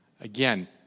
Again